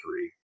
three